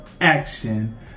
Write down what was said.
action